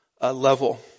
level